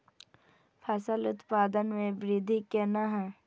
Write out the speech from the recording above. फसल उत्पादन में वृद्धि केना हैं?